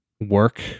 work